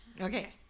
Okay